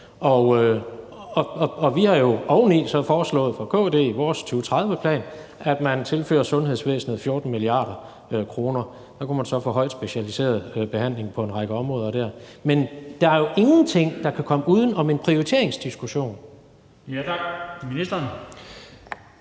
og vi har jo så fra KD's side oven i det i vores 2030-plan foreslået, at man tilfører sundhedsvæsenet 14 mia. kr. Der kunne man så få højt specialiseret behandling på en række områder. Men der er jo ingenting, der kan komme uden om en prioriteringsdiskussion. Kl. 15:40 Den